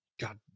God